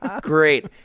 Great